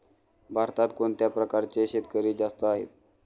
भारतात कोणत्या प्रकारचे शेतकरी जास्त आहेत?